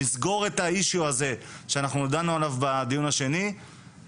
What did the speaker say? נסגור את הנושא הזה שדנו עליו בדיונים הראשון